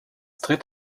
tritt